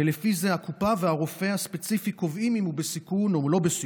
ולפי זה הקופה והרופא הספציפי קובעים אם הוא בסיכון או לא בסיכון,